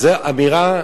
זו אמירה